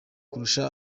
kurusha